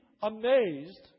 amazed